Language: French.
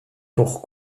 pour